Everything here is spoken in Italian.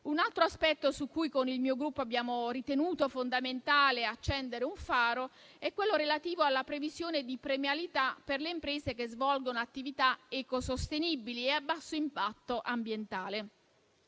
Un altro aspetto su cui, con il mio Gruppo, abbiamo ritenuto fondamentale accendere un faro è quello relativo alla previsione di premialità per le imprese che svolgono attività ecosostenibili e a basso impatto ambientale.